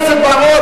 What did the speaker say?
חבר הכנסת בר-און,